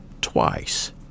twice